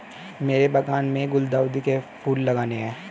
मेरे बागान में गुलदाउदी के फूल लगाने हैं